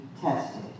tested